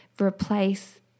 replace